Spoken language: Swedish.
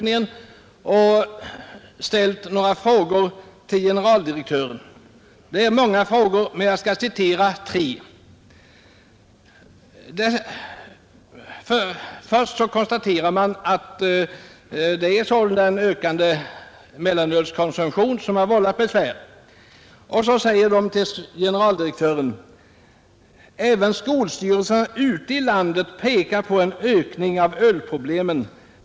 Jag skall citera tre av dessa frågor. Först konstaterar utfrågarna att en ökande mellanölskonsumtion har vållat besvär. Därefter säger de till generaldirektör Orring: ”Även skolstyrelserna ute i landet pekar på en ökning av ölproblemen.